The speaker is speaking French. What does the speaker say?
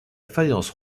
faïence